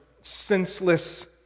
senseless